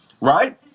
right